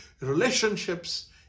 relationships